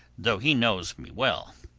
though he knows me well.